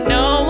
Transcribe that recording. no